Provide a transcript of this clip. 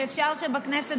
ואפשר שבכנסת,